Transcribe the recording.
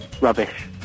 Rubbish